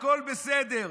הכול בסדר.